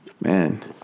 Man